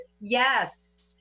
yes